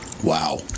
Wow